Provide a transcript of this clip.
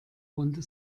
runde